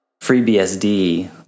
FreeBSD